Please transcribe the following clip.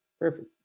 Perfect